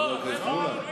חבר הכנסת מולה?